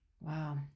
Wow